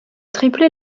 triplé